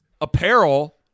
apparel